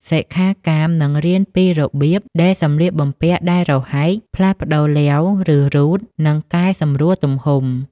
សិក្ខាកាមនឹងរៀនពីរបៀប ដេរសំលៀកបំពាក់ដែលរហែក ផ្លាស់ប្តូរឡេវ ឬរ៉ូត និងកែសម្រួលទំហំ។